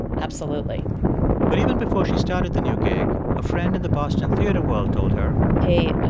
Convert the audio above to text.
absolutely but even before she started the new gig, a friend in the boston theater world told her. hey,